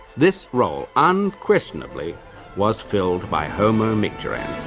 this role unquestionably was filled by homo micturans.